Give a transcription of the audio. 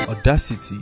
Audacity